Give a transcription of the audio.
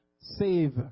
save